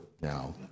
now